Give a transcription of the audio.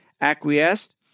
acquiesced